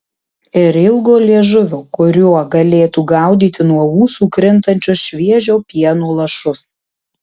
ir ilgo liežuvio kuriuo galėtų gaudyti nuo ūsų krintančius šviežio pieno lašus